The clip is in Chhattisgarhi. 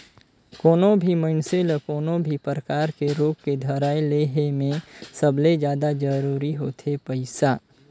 कोनो भी मइनसे ल कोनो भी परकार के रोग के धराए ले हे में सबले जादा जरूरी होथे पइसा